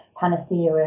panacea